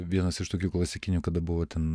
vienas iš tokių klasikinių kada buvo ten